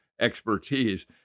expertise